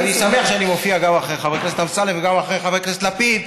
אני שמח שאני מופיע גם אחרי חבר הכנסת אמסלם וגם אחרי חבר הכנסת לפיד,